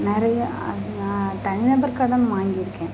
நிறைய தனிநபர் கடன் வாங்கியிருக்கேன்